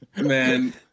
man